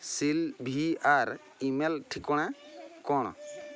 ସିଲଭିଆର୍ email ଠିକଣା କ'ଣ